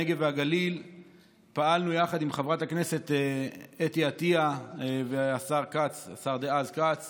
הנגב והגליל פעלנו יחד עם חברת הכנסת אתי עטייה והשר דאז כץ